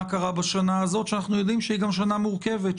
שקרה בשנה הזאת שאנחנו יודעים שהייתה שנה מורכבת.